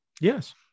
Yes